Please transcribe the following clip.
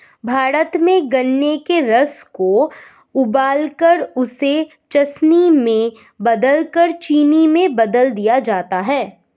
भारत में गन्ने के रस को उबालकर उसे चासनी में बदलकर चीनी में बदल दिया जाता है